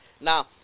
Now